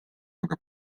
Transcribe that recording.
aga